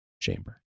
chamber